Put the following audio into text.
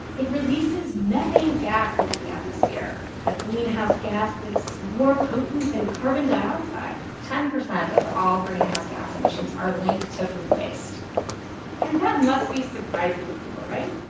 it releases methane gas into the atmosphere a greenhouse gas that's more potent than carbon dioxide ten percent of all greenhouse gas emissions are linked to food waste and that must be surprising to people, right?